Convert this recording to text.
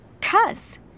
cuss